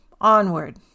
onward